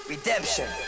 Redemption